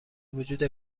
وجود